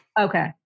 Okay